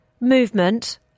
movement